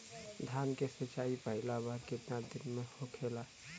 धान के सिचाई पहिला बार कितना दिन पे होखेला?